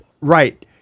Right